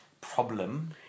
problem